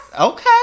Okay